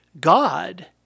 God